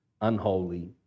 unholy